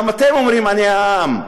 גם אתם אומרים: אני העם,